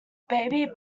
baby